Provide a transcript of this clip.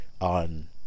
on